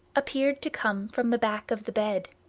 appeared to come from the back of the bed.